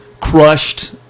crushed